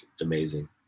amazing